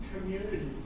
community